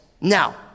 Now